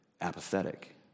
apathetic